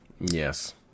Yes